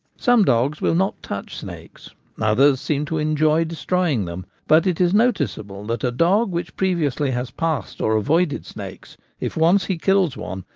some dogs will not touch snakes, others seem to enjoy des troying them but it is noticeable that a dog which previously has passed or avoided snakes, if once he kills one,